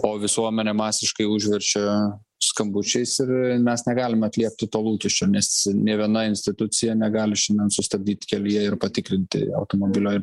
o visuomenė masiškai užveržia skambučiais ir mes negalime atliepti to lūkesčio nes nė viena institucija negali šiandien sustabdyt kelyje ir patikrinti automobilio ir